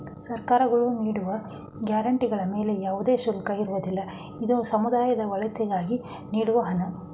ಸರ್ಕಾರಗಳು ನೀಡುವ ಗ್ರಾಂಡ್ ಗಳ ಮೇಲೆ ಯಾವುದೇ ಶುಲ್ಕ ಇರುವುದಿಲ್ಲ, ಇದು ಸಮುದಾಯದ ಒಳಿತಿಗಾಗಿ ನೀಡುವ ಹಣ